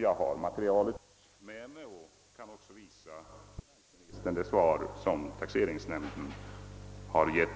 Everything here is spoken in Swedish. Jag har materialet med mig här och kan visa finansministern det besked som denne man fått av taxeringsnämnden. Man säger där